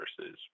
versus